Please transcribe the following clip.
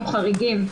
חריגים.